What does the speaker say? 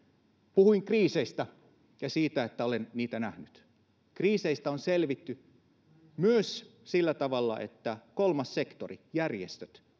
puhuin kriiseistä ja siitä että olen niitä nähnyt kriiseistä on selvitty myös sillä tavalla että kolmas sektori järjestöt